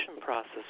process